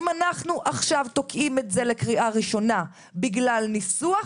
אם אנחנו עכשיו תוקעים את זה לקריאה ראשונה בגלל ניסוח,